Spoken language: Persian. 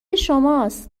شماست